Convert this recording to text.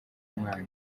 umwana